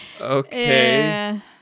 okay